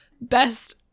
best